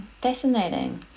fascinating